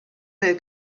del